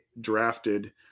drafted